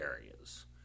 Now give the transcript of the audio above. areas